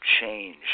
change